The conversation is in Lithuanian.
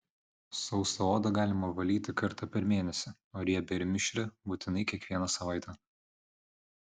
sausą odą galima valyti kartą per mėnesį o riebią ir mišrią būtinai kiekvieną savaitę